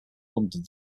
london